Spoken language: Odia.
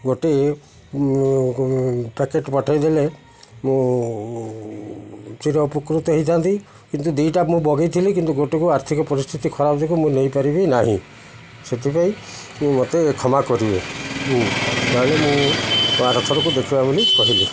ଗୋଟିଏ ପ୍ୟାକେଟ୍ ପଠାଇଦେଲେ ମୁଁ ଚିର ଉପକୃତ ହେଇଥାନ୍ତି କିନ୍ତୁ ଦୁଇଟା ମୁଁ ମଗାଇଥିଲି କିନ୍ତୁ ଗୋଟକୁ ଆର୍ଥିକ ପରିସ୍ଥିତି ଖରାପ ଯୋଗୁଁ ମୁଁ ନେଇପାରିବି ନାହିଁ ସେଥିପାଇଁ ମୁଁ ମୋତେ କ୍ଷମା କରିବି ତ ମୁଁ ଆରଥରକୁ ଦେଖିବା ବୋଲି କହିଲି